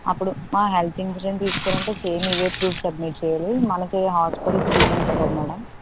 అప్పుడు health insurance తీసుకోవాలంటే same ఇవి ప్రూఫ్స్ సబ్మిట్ చేయాలి మనకు హాస్పిటల్స్ బిల్ ఉంటాయి కదా మేడం